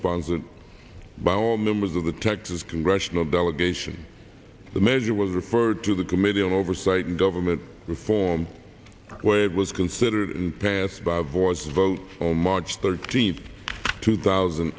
sponsored by all members of the texas congressional delegation the measure was referred to the committee on oversight and government reform where it was considered passed by voice vote on march thirteenth two thousand